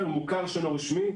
מוכר שאינו רשמי,